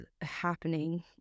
happening